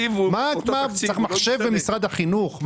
צריך מחשב במשרד החינוך?